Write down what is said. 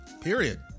period